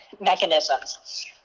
mechanisms